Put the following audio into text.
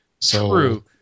True